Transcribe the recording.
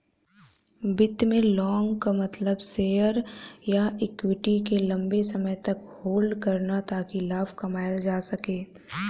वित्त में लॉन्ग क मतलब शेयर या इक्विटी के लम्बे समय तक होल्ड करना ताकि लाभ कमायल जा सके